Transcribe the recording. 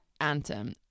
anthem